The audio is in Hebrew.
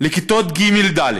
השתתפות כיתות ג' ד'